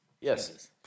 Yes